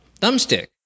thumbstick